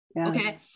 okay